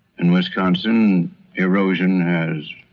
in wisconsin erosion has,